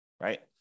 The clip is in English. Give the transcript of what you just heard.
right